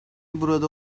burada